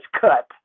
cut